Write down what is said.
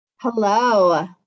Hello